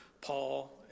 Paul